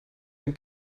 dem